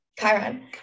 Chiron